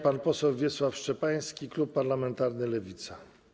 Pan poseł Wiesław Szczepański, klub parlamentarny Lewica.